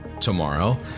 Tomorrow